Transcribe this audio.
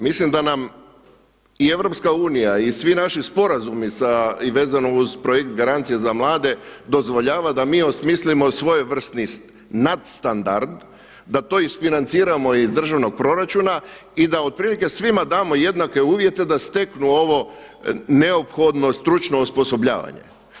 Mislim da nam i Europska unija i svi naši sporazumi sa i vezano uz Projekt garancije za mlade dozvoljava da mi osmislimo svojevrsni nadstandard, da to isfinanciramo iz državnog proračuna i da otprilike svima damo jednake uvjete da steknu ovo neophodno stručno osposobljavanje.